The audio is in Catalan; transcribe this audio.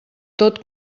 tot